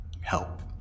Help